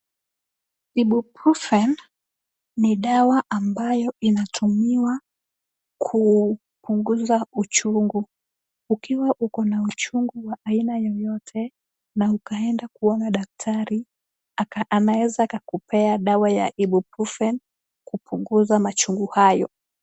Ibuprofen ni dawa ambayo inatumiwa kupunguza uchungu. Ukiwa uko na uchungu wa aina yoyote na ukaenda kuona daktari anaweza akakupea dawa ya ibuprofen kupunguza machungu hayo.